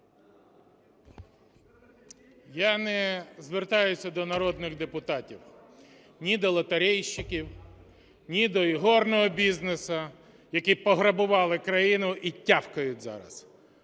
Я не звертаюся до народних депутатів: ні до лотерейщиків, ні до ігорного бізнесу, які пограбували країну і тявкають зараз.